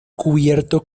cubierto